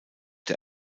der